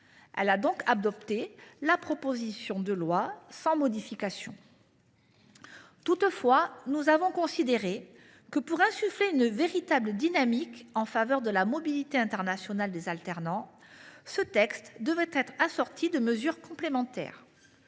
Elle l’a donc adoptée sans modification. Toutefois, nous avons considéré que, pour insuffler une véritable dynamique en faveur de la mobilité internationale des alternants, le texte devrait être assorti de mesures complémentaires.